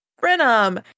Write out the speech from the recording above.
Brenham